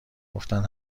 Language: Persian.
گفتند